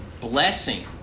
blessing